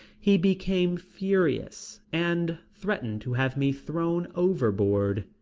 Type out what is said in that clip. he became furious and threatened to have me thrown overboard.